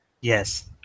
Yes